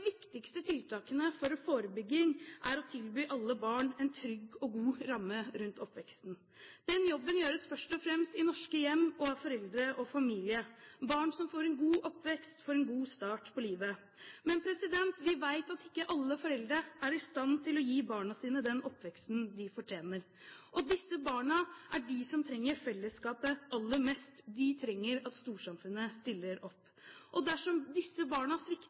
viktigste tiltakene for forebygging er å tilby alle barn en trygg og god ramme rundt oppveksten. Den jobben gjøres først og fremst i norske hjem og av foreldre og familie. Barn som får en god oppvekst, får en god start på livet. Men vi vet at ikke alle foreldre er i stand til å gi barna sine den oppveksten de fortjener. Disse barna er de som trenger fellesskapet aller mest. De trenger at storsamfunnet stiller opp. Dersom disse barna